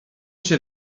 się